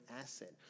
asset